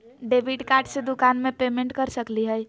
Debit card से दुकान में पेमेंट कर सकली हई?